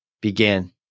began